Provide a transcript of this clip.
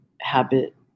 habit